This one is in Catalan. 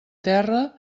terra